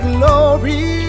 Glory